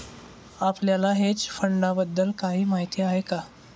आपल्याला हेज फंडांबद्दल काही माहित आहे का?